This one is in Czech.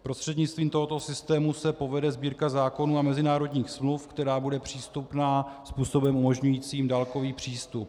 Prostřednictvím tohoto systému se povede Sbírka zákonů a mezinárodních smluv, která bude přístupná způsobem umožňujícím dálkový přístup.